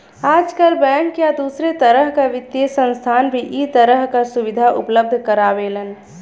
आजकल बैंक या दूसरे तरह क वित्तीय संस्थान भी इ तरह क सुविधा उपलब्ध करावेलन